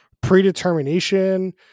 predetermination